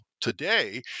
today